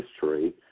history